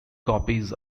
copies